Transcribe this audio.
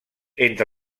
entre